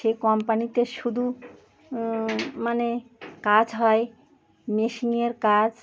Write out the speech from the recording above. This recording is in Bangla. সেই কোম্পানিতে শুধু মানে কাজ হয় মেশিনের কাজ